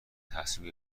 تصمیم